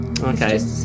Okay